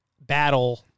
battle